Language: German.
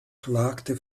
klagte